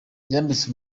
yambitse